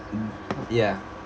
mm ya